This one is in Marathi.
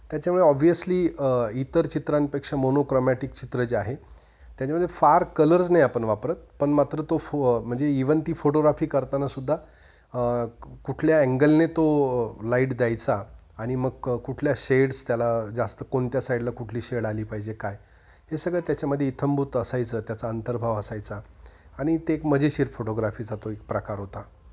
त्याच्यामुळे ऑब्वियस्ली इतर चित्रांपेक्षा मोनोक्रोमॅटिक चित्र जे आहे त्याच्यामध्ये फार कलर्स नाही आपण वापरत पण मात्र तो फो म्हणजे इव्हन ती फोटोग्राफी करतानासुद्धा कुठल्या अँगलने तो लाईट द्यायचा आणि मग कुठल्या शेड्स त्याला जास्त कोणत्या साईडला कुठली शेड आली पाहिजे काय हे सगळं त्याच्यामध्ये इत्थंभूत असायचं त्याचा अंतर्भाव असायचा आणि ते एक मजेशीर फोटोग्राफीचा तो एक प्रकार होता